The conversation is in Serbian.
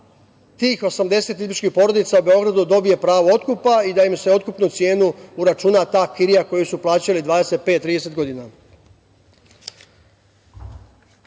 tih 80 izbegličkih porodica u Beogradu dobije pravo otkupa i da im se u otkupnu cenu uračuna ta kirija koju su plaćali 25, 30 godina.U